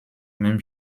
même